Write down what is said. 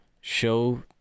show